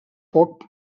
poc